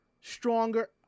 stronger